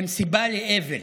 הם סיבה לאבל.